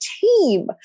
team